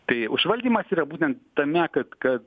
tai užvaldymas yra būtent tame kad kad